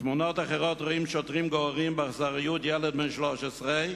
בתמונות אחרות רואים שוטרים גוררים באכזריות ילד בן 13,